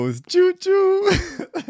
choo-choo